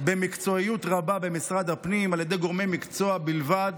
במקצועיות רבה במשרד הפנים על ידי גורמי מקצוע בלבד.